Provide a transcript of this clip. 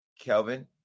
Kelvin